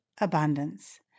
abundance